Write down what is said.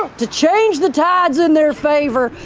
to change the tides in their favor,